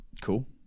Cool